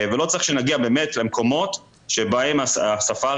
ולא צריך שנגיע באמת למקומות שבהם הספארי